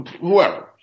Whoever